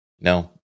No